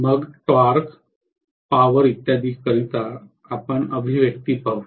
मग torque power इत्यादींकरिता आपण अभिव्यक्ती पाहू